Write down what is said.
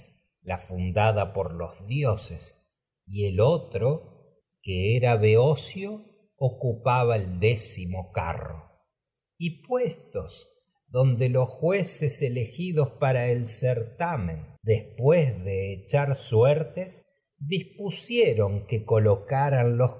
la fundada ocupaba el por los dioses carro y el otro puestos que era beocio décimo y donde los jueces elegidos para el certamen después de que echar suertes dispusieron colocaran los